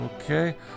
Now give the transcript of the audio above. Okay